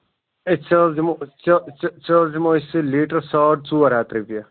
ہے ژٕ حظ دِمو ژٕ حظ دِمو أسۍ سُہ یہِ لیٖٹر ساڑ ژور ہَتھ رۄپیہِ